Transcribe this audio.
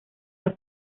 los